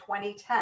2010